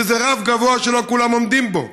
שזה רף גבוה שלא כולם עומדים בו.